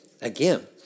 again